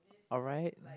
alright